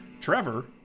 Trevor